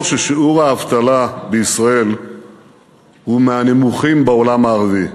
ששיעור האבטלה בישראל הוא מהנמוכים בעולם המערבי.